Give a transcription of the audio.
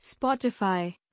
Spotify